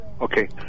Okay